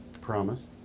Promise